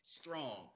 strong